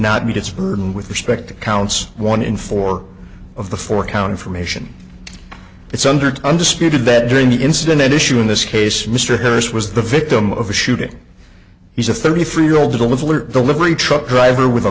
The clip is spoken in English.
not meet its burden with respect to counts one in four of the four account information it's under undisputed that during the incident at issue in this case mr harris was the victim of a shooting he's a thirty three year old woman flirt the livery truck driver with a